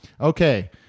Okay